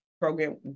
program